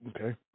Okay